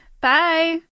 Bye